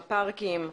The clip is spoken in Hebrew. הפארקים.